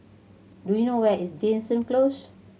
do you know where is Jansen Close